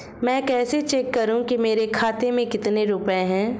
मैं कैसे चेक करूं कि मेरे खाते में कितने रुपए हैं?